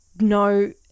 no